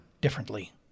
differently